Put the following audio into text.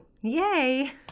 yay